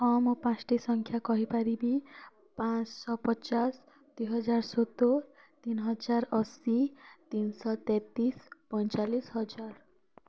ହଁ ମୁଁ ପାଞ୍ଚଟି ସଂଖ୍ୟା କହିପାରିବି ପାଞ୍ଚଶହ ପଚାଶ ଦୁଇ ହଜାର ସତୁରି ତିନି ହଜାର ଅଶୀ ତିନି ଶହ ତେତିଶି ପଇଁଚାଳିଶ ହଜାର